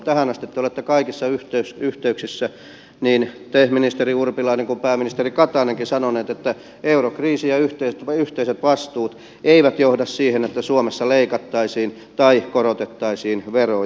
tähän asti te olette kaikissa yhteyksissä niin te ministeri urpilainen kuin pääministeri katainenkin sanoneet että eurokriisi ja yhteiset vastuut eivät johda siihen että suomessa leikattaisiin tai korotettaisiin veroja